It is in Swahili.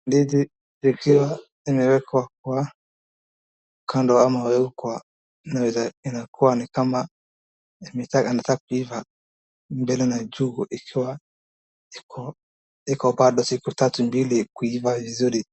Ndizi likuwa limeekwa kwa kando ama au kwa inakuwa ni kama anataka kuiva mbele na juu ikiwa iko bado siku tatu mbili kuiva vizuri.